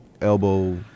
elbow